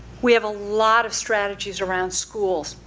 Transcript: we have a lot of strategies around schools.